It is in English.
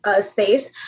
space